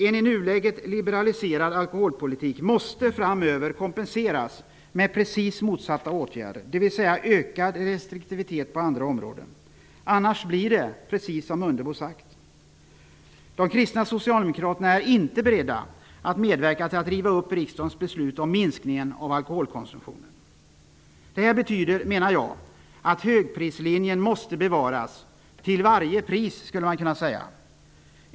En i nuläget liberaliserad alkoholpolitik måste framöver kompenseras med precis motsatta åtgärder, dvs. med ökad restriktivitet på andra områden. Annars blir det precis som Mundebo har sagt. De kristna socialdemokraterna är inte beredda att medverka till att riva upp riksdagens beslut om minskning av alkoholkonsumtionen. Det här betyder, menar jag, att högprislinjen måste bevaras ''till varje pris'', som man skulle kunna säga.